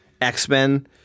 X-Men